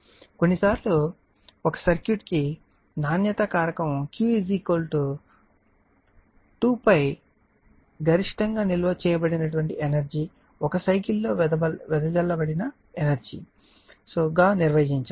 కొన్నిసార్లు ఒక సర్క్యూట్ కి నాణ్యత కారకం Q 2𝛑 గరిష్టంగా నిల్వ చేయబడిన ఎనర్జీ ఒక సైకిల్ ల్లో వెదజల్లబడిన ఎనర్జీ గా నిర్వహించాము